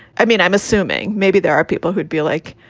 i mean, i'm assuming maybe there are people who'd be like,